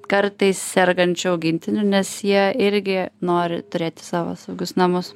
kartais sergančių augintinių nes jie irgi nori turėti savo saugius namus